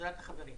בעזרת החברים.